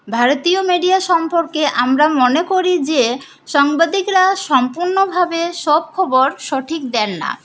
ভারতীয় মিডিয়া সম্পর্কে আমরা মনে করি যে সাংবাদিকরা সম্পূর্ণভাবে সব খবর সঠিক দেন না